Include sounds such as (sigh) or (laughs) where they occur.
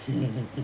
(laughs)